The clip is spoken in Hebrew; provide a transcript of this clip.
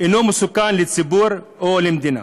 ואינו מסוכן לציבור או למדינה.